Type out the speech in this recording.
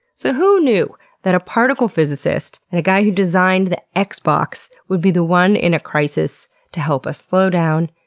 so who knew that a particle physicist and a guy who designed the xbox would be the one in a crisis to help us slow down,